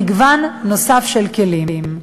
מגוון נוסף של כלים.